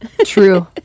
True